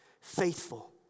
Faithful